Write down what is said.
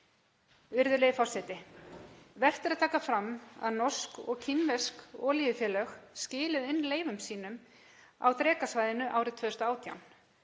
Virðulegi forseti. Vert er að taka fram að norsk og kínversk olíufélög skiluðu inn leyfum sínum á Drekasvæðinu árið 2018,